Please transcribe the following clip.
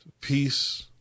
peace